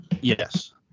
Yes